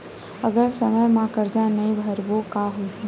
अगर समय मा कर्जा नहीं भरबों का होई?